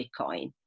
Bitcoin